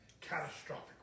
catastrophic